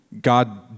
God